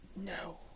no